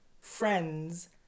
friends